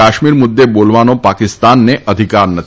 કાશ્મીર મુદ્દે બોલવાનો પાકિસ્તાનને અધિકાર નથી